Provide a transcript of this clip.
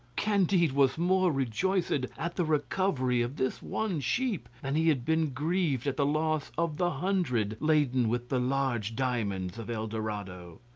candide was more rejoiced at at the recovery of this one sheep than and he had been grieved at the loss of the hundred laden with the large diamonds of el dorado.